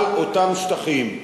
על אותם שטחים.